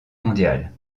mondiale